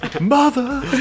Mother